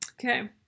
Okay